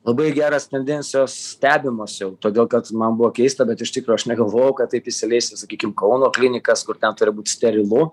labai geros tendencijos stebimos jau todėl kad man buvo keista bet iš tikro aš negalvojau kad taip įsileis į sakykim kauno klinikas kur ten turi būt sterilu